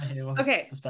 okay